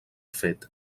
fet